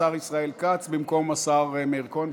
השר ישראל כץ במקום השר מאיר כהן.